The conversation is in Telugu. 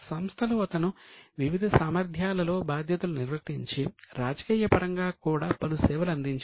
సంస్థలో అతను వివిధ సామర్థ్యాలలో బాధ్యతలు నిర్వర్తించి రాజకీయ పరంగా కూడా పలు సేవలు అందించాడు